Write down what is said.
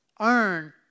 earn